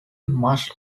must